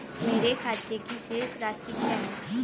मेरे खाते की शेष राशि क्या है?